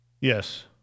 Yes